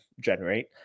generate